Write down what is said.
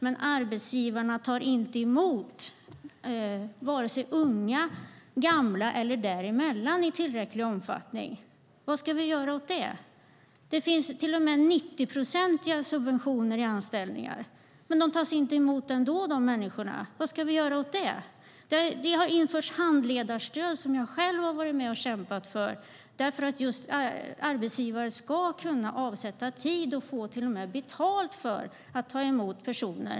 Men arbetsgivarna tar inte emot vare sig gamla, unga eller däremellan i tillräcklig omfattning. Vad ska vi göra åt det? Det finns till och med 90-procentiga subventioner av anställningar, men de här människorna tas ändå inte emot. Vad ska vi göra åt det? Det har införts handledarstöd, som jag själv har varit med och kämpat för, för att arbetsgivare ska kunna avsätta tid och till och med få betalt för att ta emot personer.